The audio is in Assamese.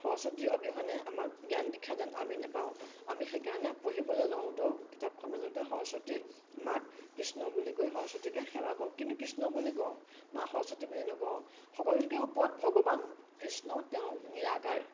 সৰস্বতী অবিহনে আমাক জ্ঞান দীক্ষা যেন আমি নেপাওঁ আমি সেইকাৰণে পঢ়িবলৈ লওঁতেও কিতাপখনৰ মাজতে সৰস্বতী মাক কৃষ্ণ বুলি কৈ সৰস্বতীকে সেৱা কৰোঁ কিন্তু কৃষ্ণ বুলি কওঁ মা সৰস্বতী বুলি নকওঁ সকলোৰে ওপৰত ভগৱান কৃষ্ণ তেওঁ নিৰাকাৰ